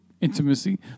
intimacy